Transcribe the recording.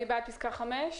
מי בעד פסקה (5)?